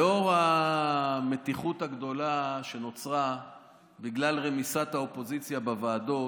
לאור המתיחות הגדולה שנוצרה בגלל רמיסת האופוזיציה בוועדות,